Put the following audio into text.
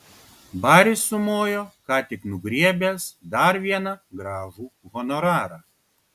baris sumojo ką tik nugriebęs dar vieną gražų honorarą